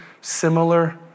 similar